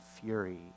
fury